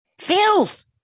Filth